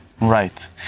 right